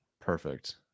Perfect